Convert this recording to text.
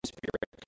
Spirit